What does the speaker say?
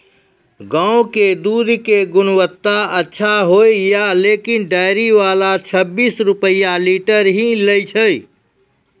गांव के दूध के गुणवत्ता अच्छा होय या लेकिन डेयरी वाला छब्बीस रुपिया लीटर ही लेय छै?